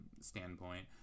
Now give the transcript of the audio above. standpoint